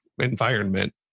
environment